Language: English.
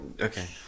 okay